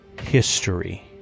history